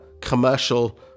commercial